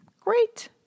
great